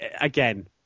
again